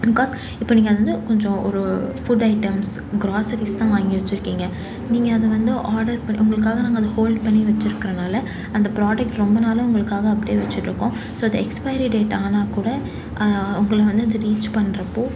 because இப்போ நீங்கள் வந்து கொஞ்சம் ஒரு ஃபுட் ஐட்டம்ஸ் கிராசரிஸ் தான் வாங்கி வச்சுருக்கிங்க நீங்கள் அது வந்து ஆர்டர் பண்ணி உங்களுக்காக நாங்கள் அதை ஹோல்ட் பண்ணி வச்சிருக்குறனால் அந்த ப்ராடெக்ட் ரொம்ப நாளாக உங்களுக்காக அப்படியே வச்சிட்டிருக்கோம் ஸோ அது எக்ஸ்பைரி டேட் ஆனால் கூட உங்களை வந்து அது ரீச் பண்றப்போது